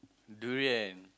durian